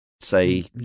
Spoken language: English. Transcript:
say